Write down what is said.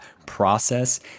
process